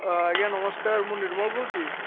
ଆଜ୍ଞା ନମସ୍କାର ମୁଁ ନିର୍ମଳ କହୁଛି